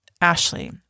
Ashley